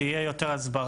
שיהיה יותר הסברה,